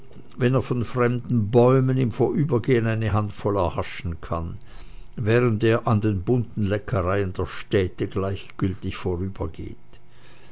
wenn er von fremden bäumen im vorübergehen eine handvoll erhaschen kann während er an den bunten leckereien der städte gleichgültig vorübergeht